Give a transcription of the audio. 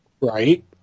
Right